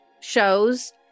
shows